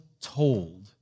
told